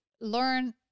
learn